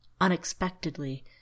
Unexpectedly